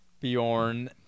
Bjorn